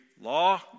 law